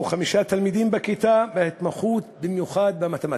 או חמישה תלמידים בכיתה בהתמחות במיוחד במתמטיקה.